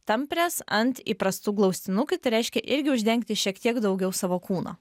tampres ant įprastų glaustinukių tai reiškia irgi uždengti šiek tiek daugiau savo kūno